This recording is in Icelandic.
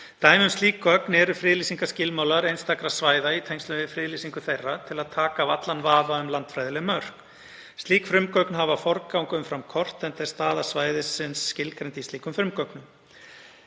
Dæmi um slík gögn eru friðlýsingarskilmálar einstakra svæða í tengslum við friðlýsingu þeirra til að taka af allan vafa um landfræðileg mörk. Slík frumgögn hafa forgang umfram kort enda er staða svæðisins skilgreind í slíkum frumgögnum.